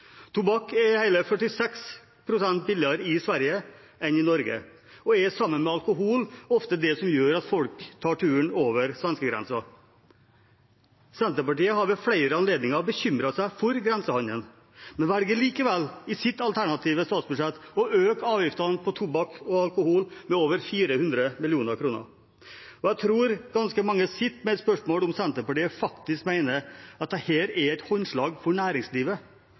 Tobakk er hele 46 pst. billigere i Sverige enn i Norge og er sammen med alkohol ofte det som gjør at folk tar turen over svenskegrensen. Senterpartiet har ved flere anledninger bekymret seg for grensehandelen, men velger likevel i sitt alternative statsbudsjett å øke avgiftene på tobakk og alkohol med over 400 mill. kr. Jeg tror ganske mange sitter med et spørsmål om Senterpartiet faktisk mener at dette er et håndslag for næringslivet,